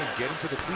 getting to the